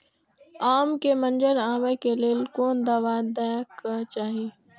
आम के मंजर आबे के लेल कोन दवा दे के चाही?